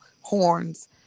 horns